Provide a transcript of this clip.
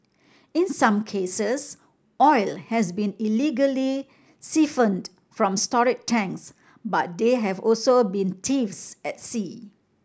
in some cases oil has been illegally siphoned from storage tanks but there have also been thefts at sea